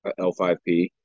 L5P